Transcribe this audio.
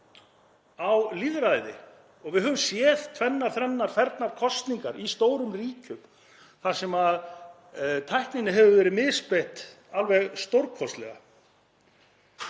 á lýðræði. Við höfum séð tvennar, þrennar, fernar kosningar í stórum ríkjum þar sem tækninni hefur verið misbeitt alveg stórkostlega.